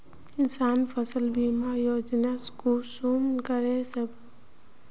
किसान फसल बीमा योजना कुंसम करे करबे?